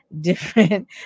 different